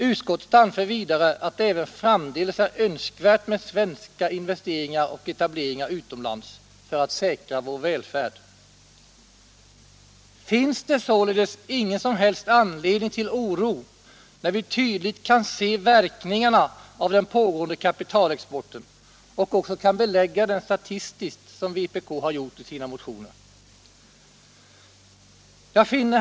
Utskottet anför vidare att det även framdeles är önskvärt med svenska investeringar och etableringar utomlands för att säkra vår välfärd. Finns det således ingen som helst anledning till oro, när vi tydligt kan se verkningarna av den pågående kapitalexporten och också kan belägga den statistiskt, som vpk har gjort i sina motioner? Herr talman!